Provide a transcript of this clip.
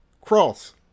Cross